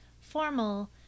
formal